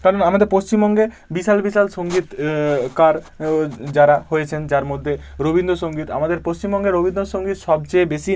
কারণ আমাদের পশ্চিমবঙ্গে বিশাল বিশাল সংগীতকার যারা হয়েছেন যার মধ্যে রবীন্দ্র সংগীত আমাদের পশ্চিমবঙ্গে রবীন্দ্র সংগীত সবচেয়ে বেশি